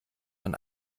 man